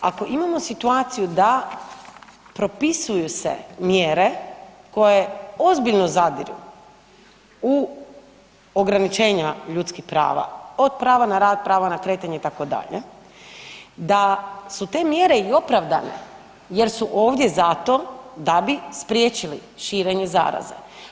Ako imamo situaciju da se propisuju mjere koje ozbiljno zadiru u ograničenja ljudskih prava, od prava na rad, prava na kretanje itd., da su te mjere i opravdane jer su ovdje zato da bi spriječili širenje zaraze.